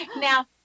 now